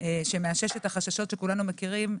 שמאושש את החששות שכולנו מכירים,